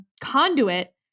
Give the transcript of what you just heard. conduit